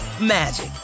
magic